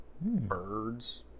birds